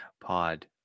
pod